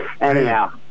Anyhow